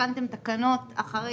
התקנתם תקנות אחרי